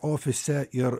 ofise ir